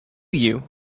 you